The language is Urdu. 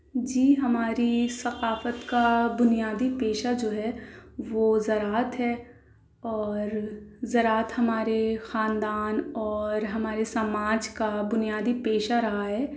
جی ہماری ثقافت کا بنیادی پیشہ جو ہے وہ زراعت ہے اور زراعت ہمارے خاندان اور ہمارے سماج کا بنیادی پیشہ رہا ہے